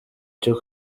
cyo